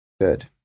Good